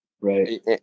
right